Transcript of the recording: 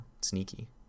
Sneaky